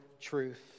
truth